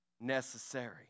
necessary